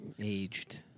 aged